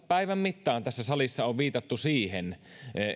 päivän mittaan tässä salissa on viitattu siihen